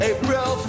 April